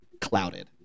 clouded